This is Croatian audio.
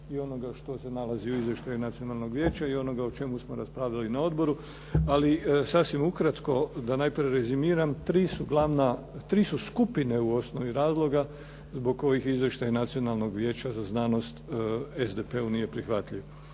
i onoga što se nalazi u izvještaju Nacionalnog vijeća i onoga o čemu smo raspravljali na odboru. Ali sasvim ukratko da najprije rezimiram, tri su skupine u osnovi razloga zbog kojih izvještaj Nacionalnog vijeća za znanost SDP-u nije prihvatljiv.